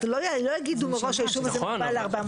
לא יגידו מראש היישוב הזה מוגבל ל-400.